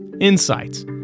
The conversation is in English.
insights